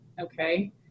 okay